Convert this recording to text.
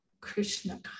Krishna